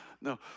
No